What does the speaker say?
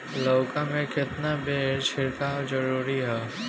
लउका में केतना बेर छिड़काव जरूरी ह?